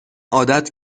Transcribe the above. عادت